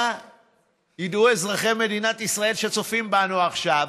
ידעו אזרחי מדינת ישראל שצופים בנו עכשיו,